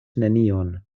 nenion